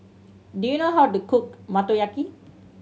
do you know how to cook Motoyaki